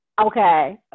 Okay